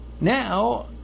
Now